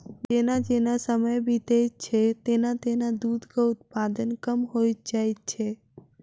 जेना जेना समय बीतैत छै, तेना तेना दूधक उत्पादन कम होइत जाइत छै